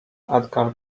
edgar